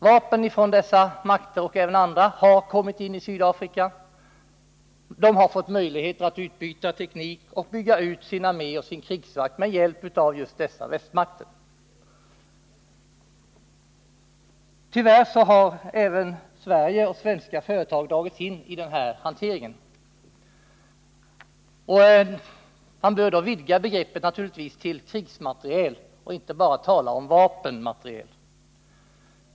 Vapen från dessa makter och även från andra stater har kommit in i Sydafrika. Landet har fått tillgång till teknik och kunnat bygga ut sin armé och krigsmakt med hjälp av just dessa västmakter. Tyvärr har även Sverige och svenska företag dragits in i denna hantering. Man bör därför naturligtvis vidga begreppet till krigsmateriel och inte bara tala om vapenmateriel.